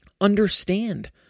understand